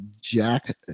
Jack